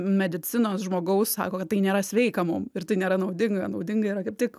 medicinos žmogaus sako kad tai nėra sveika mum ir tai nėra naudinga naudinga yra kaip tik